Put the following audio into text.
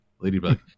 Ladybug